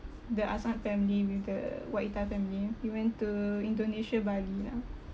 the asad family with the wahida family we went to indonesia bali lah